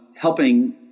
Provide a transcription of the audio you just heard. helping